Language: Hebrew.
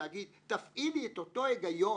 לומר: תפעילי את אותו היגיון,